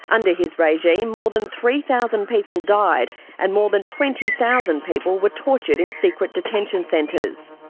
under his regime, more than three thousand people died and more than twenty thousand people were tortured in secret detention centres.